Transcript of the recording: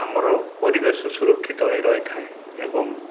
ଆମର ପରିବେଶ ସୁରକ୍ଷିତ ହୋଇ ରହିଥାଏ ଏବଂ